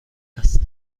است